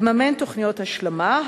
לממן תוכניות השלמה,